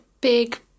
big